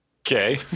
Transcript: Okay